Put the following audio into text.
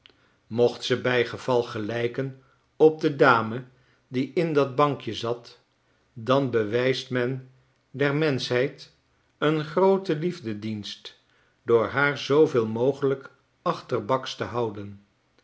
mocht ze bijgeval gelijken op de dame die in dat bankje zat dan bewijst men der menschheid een grooten liefdedienst door haar zooveel mogelijk achterbaks te houden